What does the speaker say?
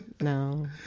No